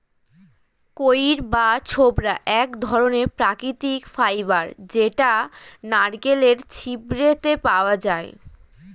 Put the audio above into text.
কইর বা ছোবড়া এক ধরণের প্রাকৃতিক ফাইবার যেটা নারকেলের ছিবড়েতে পাওয়া যায়